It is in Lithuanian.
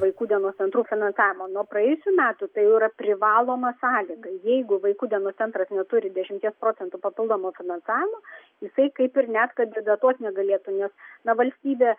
vaikų dienos centrų finansavimo nuo praėjusių metų tai yra privaloma sąlyga jeigu vaikų dienos centras neturi dešimties procentų papildomo finansavimo jisai kaip ir net kandidatuot negalėtų nes na valstybė